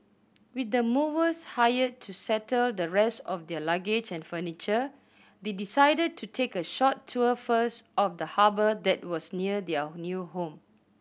with the movers hired to settle the rest of their luggage and furniture they decided to take a short tour first of the harbour that was near their new home